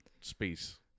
space